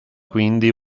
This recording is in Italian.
quindi